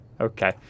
Okay